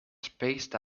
spaced